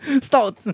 Stop